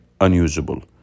unusable